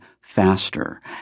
faster